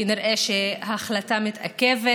כנראה ההחלטה מתעכבת